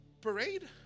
parade